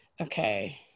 Okay